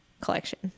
collection